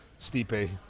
Stipe